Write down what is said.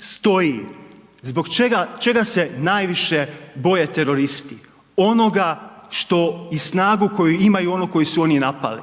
stoji zbog čega, čega se najviše boje teroristi, onoga što i snagu koju imaju oni kojeg su oni napali.